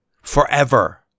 forever